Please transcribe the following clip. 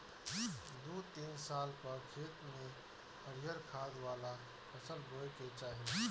दू तीन साल पअ खेत में हरिहर खाद वाला फसल बोए के चाही